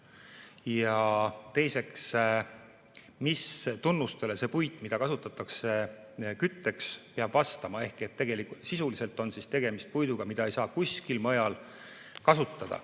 ja teiseks, mis tunnustele see puit, mida kasutatakse kütteks, peab vastama. Sisuliselt on tegemist puiduga, mida ei saa kuskil mujal kasutada.